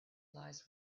lies